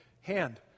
hand